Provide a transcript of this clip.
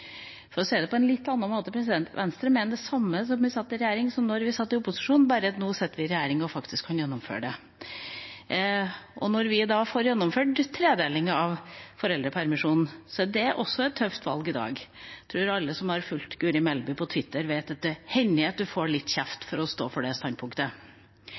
For å si det på en litt annen måte: Venstre mener det samme i regjering som da vi satt i opposisjon, bare at nå sitter vi i regjering og kan faktisk gjennomføre det. Når vi da får gjennomført tredeling av foreldrepermisjonen, er det også et tøft valg i dag. Jeg tror alle som har fulgt Guri Melby på Twitter, vet at det hender at man får litt kjeft for å stå på det standpunktet.